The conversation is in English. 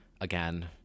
again